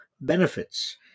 benefits